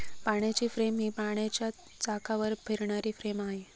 पाण्याची फ्रेम ही पाण्याच्या चाकावर फिरणारी फ्रेम आहे